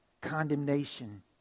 condemnation